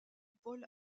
paul